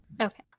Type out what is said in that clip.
Okay